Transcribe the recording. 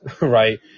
right